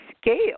scale